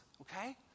okay